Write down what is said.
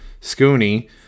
Scooney